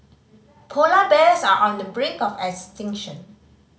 polar bears are on the brink of extinction